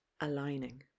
aligning